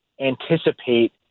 anticipate